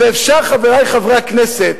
ואפשר, חברי חברי הכנסת,